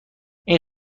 این